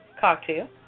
cocktail